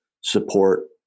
support